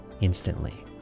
instantly